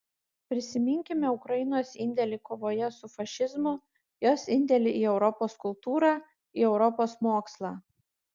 prisiminkime ukrainos indėlį kovoje su fašizmu jos indėlį į europos kultūrą į europos mokslą